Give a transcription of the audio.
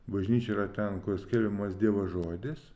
bažnyčia yra ten kur skiriamas dievo žodis